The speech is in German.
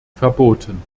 verboten